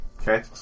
Okay